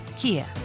Kia